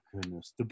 goodness